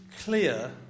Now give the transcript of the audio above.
clear